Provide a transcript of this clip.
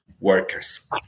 workers